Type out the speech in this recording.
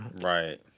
Right